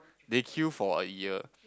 they queue for a year